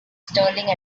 stirling